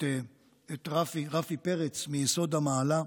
את רפי פרץ מיסוד המעלה,